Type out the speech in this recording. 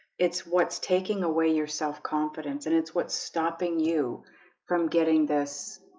it's what's taking away your self-confidence and it's what's stopping you from getting this?